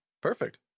Perfect